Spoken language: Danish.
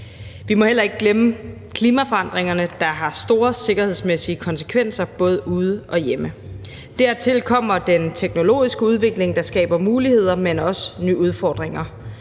Vi må heller ikke glemme klimaforandringerne, der har store sikkerhedsmæssige konsekvenser både ude og hjemme. Dertil kommer den teknologiske udvikling, der skaber muligheder, men også nye udfordringer: